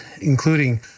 including